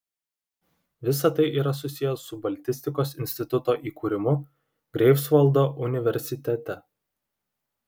visa tai yra susiję su baltistikos instituto įkūrimu greifsvaldo universitete